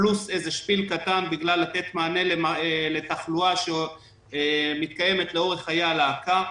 פלוס איזה שפיל קטן כדי לתת מענה לתחלואה שמתקיימת לאורך חיי הלהקה.